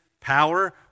power